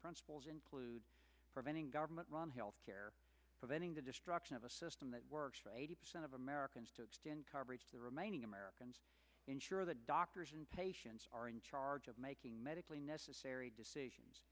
principles include preventing government run health care preventing the destruction of a system that works for eighty percent of americans to extend coverage to the remaining americans ensure that doctors and patients are in charge of making medically necessary decisions